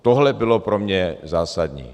Tohle bylo pro mě zásadní.